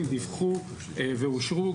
דיווחו ואושרו.